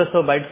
एक है स्टब